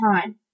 time